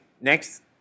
next